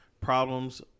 problems